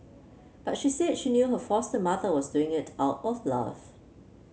but she said she knew her foster mother was doing it out of love